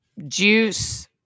juice